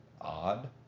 odd